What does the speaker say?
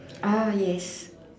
uh yes